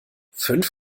fünf